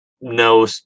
no